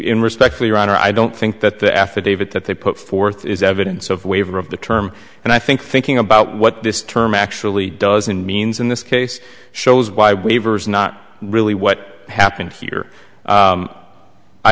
in respect to your honor i don't think that the affidavit that they put forth is evidence of waiver of the term and i think thinking about what this term actually does and means in this case shows why waivers not really what happened here